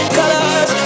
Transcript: colors